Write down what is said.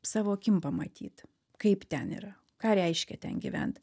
savo akim pamatyt kaip ten yra ką reiškia ten gyvent